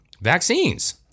Vaccines